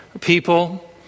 people